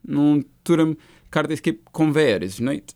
nu turim kartais kaip konvejeris žinai